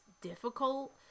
difficult